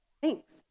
Thanks